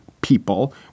people